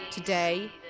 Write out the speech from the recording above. Today